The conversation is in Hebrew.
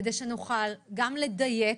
זאת, כדי שנוכל גם לדייק